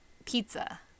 pizza